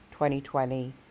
2020